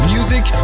Music